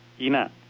ina